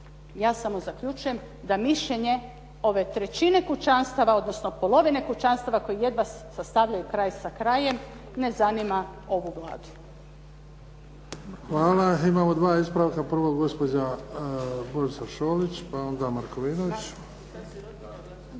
Ja samo zaključujem da mišljenje ove trećine kućanstava, odnosno polovine kućanstava koji jedva sastavljaju kraj sa krajem ne zanima ovu Vladu.